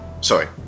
Sorry